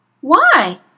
Why